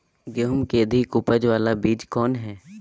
गेंहू की अधिक उपज बाला बीज कौन हैं?